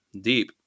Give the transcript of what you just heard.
deep